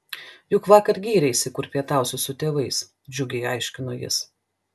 juk vakar gyreisi kur pietausi su tėvais džiugiai aiškino jis